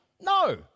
No